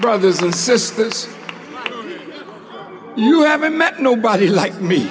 brothers and sisters you haven't met nobody like me